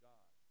God